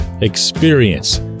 experience